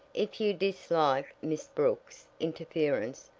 if you dislike miss brooks' interference,